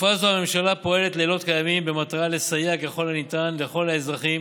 בתקופה זו הממשלה פועלת לילות כימים במטרה לסייע ככל הניתן לכל האזרחים